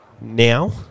now